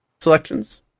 selections